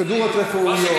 על פרוצדורות רפואיות,